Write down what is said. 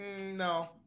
No